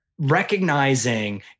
Recognizing